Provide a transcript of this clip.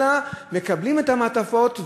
אלא מקבלים את המעטפות,